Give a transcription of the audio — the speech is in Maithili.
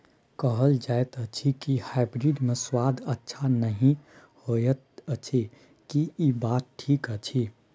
कहल जायत अछि की हाइब्रिड मे स्वाद अच्छा नही होयत अछि, की इ बात ठीक अछि?